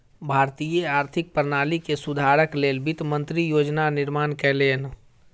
भारतीय आर्थिक प्रणाली के सुधारक लेल वित्त मंत्री योजना निर्माण कयलैन